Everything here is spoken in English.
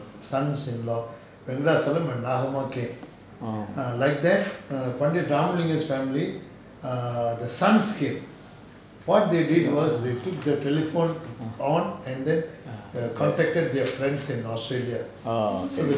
orh orh okay